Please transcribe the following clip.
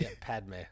Padme